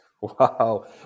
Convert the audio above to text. Wow